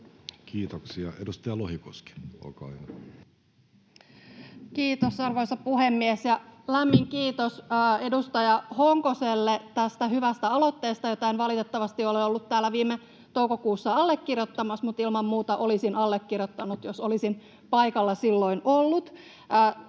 muuttamisesta Time: 13:10 Content: Kiitos, arvoisa puhemies, ja lämmin kiitos edustaja Honkoselle tästä hyvästä aloitteesta, jota en valitettavasti ole ollut täällä viime toukokuussa allekirjoittamassa, mutta ilman muuta olisin allekirjoittanut, jos olisin paikalla silloin ollut.